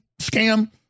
scam